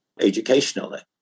educationally